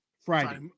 Friday